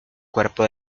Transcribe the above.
cuerpo